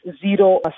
zero